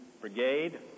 Brigade